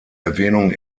erwähnung